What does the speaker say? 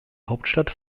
hauptstadt